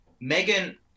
Megan